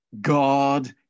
God